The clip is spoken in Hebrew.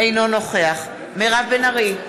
אינו נוכח מירב בן ארי,